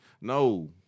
No